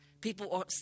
People